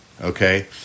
okay